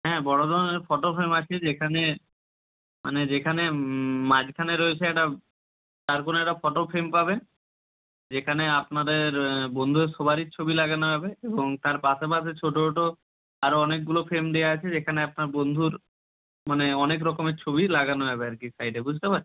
হ্যাঁ বড় ধরনের ফটো ফ্রেম আছে যেখানে মানে যেখানে মাঝখানে রয়েছে একটা চার কোণে একটা ফটো ফ্রেম পাবে যেখানে আপনাদের বন্ধুদের সবারই ছবি লাগানো হবে এবং তার পাশে পাশে ছোটো ছোটো আরও অনেকগুলো ফ্রেম দেওয়া আছে যেখানে আপনার বন্ধুর মানে অনেক রকমের ছবি লাগানো যাবে আর কি সাইডে বুঝতে পারছেন